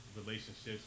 relationships